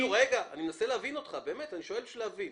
רגע, אני מנסה להבין אותך, אני שואל בשביל להבין.